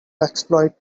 exploit